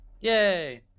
Yay